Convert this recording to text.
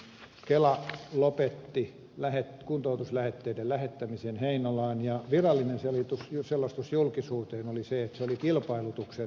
kela lopetti kuntoutuslähetteiden lähettämisen heinolaan ja virallinen selostus julkisuuteen oli se että se oli kilpailutuksen tulos